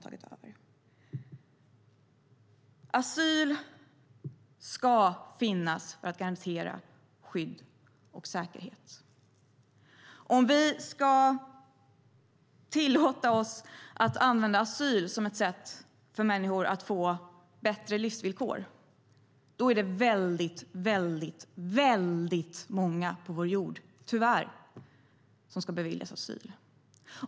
Asyl ska finnas för att garantera skydd och säkerhet. Om vi ska tillåta oss att använda asyl som ett sätt för människor att få bättre livsvillkor är det väldigt många på vår jord - tyvärr - som ska beviljas asyl.